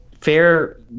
fair